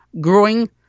growing